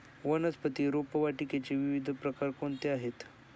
वनस्पती रोपवाटिकेचे विविध प्रकार कोणते आहेत?